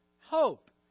hope